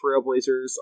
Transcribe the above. Trailblazers